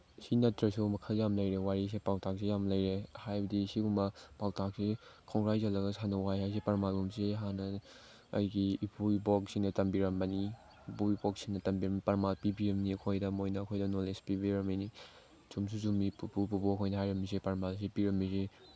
ꯁꯤ ꯅꯠꯇ꯭ꯔꯁꯨ ꯃꯈꯜ ꯌꯥꯝ ꯂꯩꯔꯦ ꯋꯥꯔꯤꯁꯦ ꯄꯧꯇꯥꯛꯁꯦ ꯌꯥꯝ ꯂꯩꯔꯦ ꯍꯥꯏꯕꯗꯤ ꯁꯤꯒꯨꯝꯕ ꯄꯧꯇꯥꯛꯁꯤ ꯈꯣꯡꯒ꯭ꯔꯥꯏ ꯆꯜꯂꯒ ꯁꯟꯅ ꯋꯥꯏ ꯍꯥꯏꯁꯦ ꯄ꯭ꯔꯃꯥꯟꯒꯨꯝꯕꯁꯤ ꯍꯥꯟꯅ ꯑꯩꯒꯤ ꯏꯄꯨ ꯏꯕꯣꯛꯁꯤꯡꯅ ꯇꯝꯕꯤꯔꯝꯕꯅꯤ ꯏꯄꯨ ꯏꯕꯣꯛꯁꯤꯡꯅ ꯄ꯭ꯔꯃꯥꯟ ꯄꯤꯕꯤꯔꯝꯃꯤ ꯑꯩꯈꯣꯏꯗ ꯃꯣꯏꯅ ꯑꯩꯈꯣꯏꯗ ꯅꯣꯂꯦꯖ ꯄꯤꯕꯤꯔꯝꯃꯤꯅꯤ ꯆꯨꯝꯁꯨ ꯆꯨꯝꯃꯤ ꯄꯨꯄꯨ ꯕꯨꯕꯣꯛꯍꯣꯏꯅ ꯍꯥꯏꯔꯝꯃꯤꯁꯤ ꯄ꯭ꯔꯃꯥꯟꯁꯤ ꯄꯤꯔꯝꯃꯤꯁꯤ